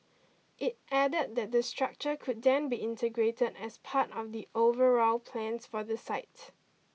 it added that the structure could then be integrated as part of the overall plans for the site